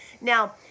Now